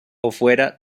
dentro